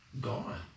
Gone